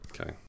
Okay